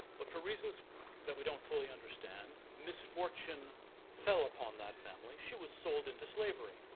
but for reasons that we don't fully understand, misfortune fell upon that family, she was sold into slavery,